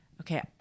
okay